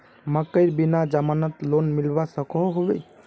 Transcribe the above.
मकईर बिना जमानत लोन मिलवा सकोहो होबे?